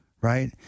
right